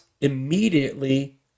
immediately